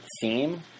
theme